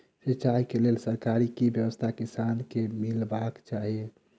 सिंचाई केँ लेल सरकारी की व्यवस्था किसान केँ मीलबाक चाहि?